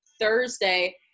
Thursday